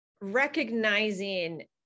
recognizing